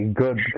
good